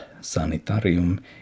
sanitarium